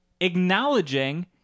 acknowledging